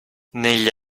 negli